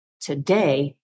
Today